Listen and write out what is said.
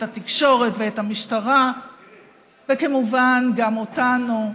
את התקשורת ואת המשטרה וכמובן גם אותנו,